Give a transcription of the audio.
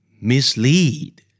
Mislead